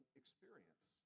experience